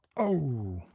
oh,